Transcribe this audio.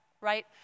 right